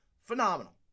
Phenomenal